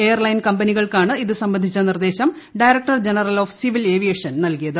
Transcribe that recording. airline കമ്പനികൾക്കാണ് ഇത് സംബന്ധിച്ചു നിർദ്ദേശം director general of civil aviation നൽകിയത്